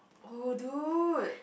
oh dude